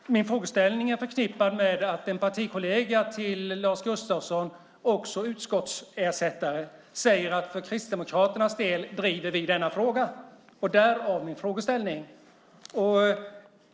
Fru talman! Min frågeställning är förknippad med att en partikollega till Lars Gustafsson, också utskottsersättare, säger att för Kristdemokraternas del driver de denna fråga. Därav min frågeställning.